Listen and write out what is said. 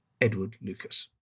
edwardlucas